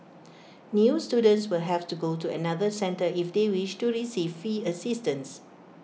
new students will have to go to another centre if they wish to receive fee assistance